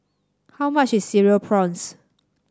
how much is Cereal Prawns